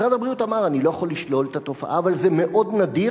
משרד הבריאות אמר: אני לא יכול לשלול את התופעה אבל זה מאוד נדיר.